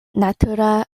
natura